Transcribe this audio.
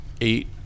eight